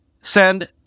send